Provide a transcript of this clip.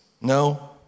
No